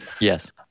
Yes